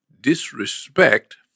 disrespect